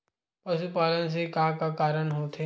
पशुपालन से का का कारण होथे?